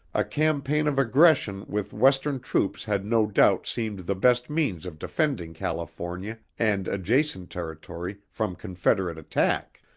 a campaign of aggression with western troops had no doubt seemed the best means of defending california and adjacent territory from confederate attack.